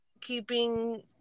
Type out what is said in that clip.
Keeping